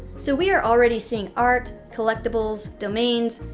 so we are already seeing art, collectibles, domains,